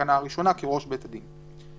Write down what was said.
בתקנה הראשונה כראש בית הדין.